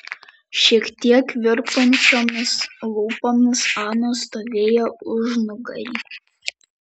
šiek tiek virpančiomis lūpomis ana stovėjo užnugary